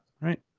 Right